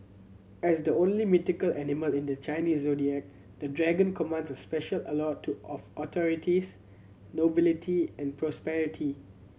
as the only mythical animal in the Chinese Zodiac the Dragon commands a special allure to of authorities nobility and prosperity